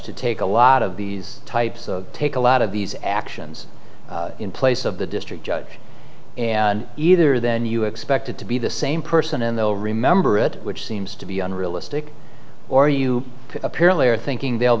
to take a lot of these types of take a lot of these actions in place of the district judge and either then you expected to be the same person and they'll remember it which seems to be unrealistic or you apparently are thinking they'll